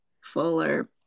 Fuller